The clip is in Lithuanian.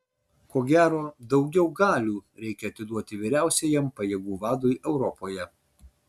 ko gero daugiau galių reikia atiduoti vyriausiajam pajėgų vadui europoje